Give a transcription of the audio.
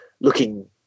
looking